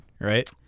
right